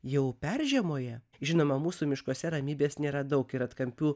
jau peržiemoja žinoma mūsų miškuose ramybės nėra daug ir atkampių